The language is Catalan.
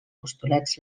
postulats